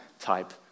type